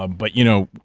ah but you know,